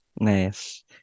Nice